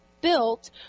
built